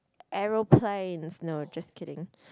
aeroplanes no just kidding